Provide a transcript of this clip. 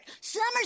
summer's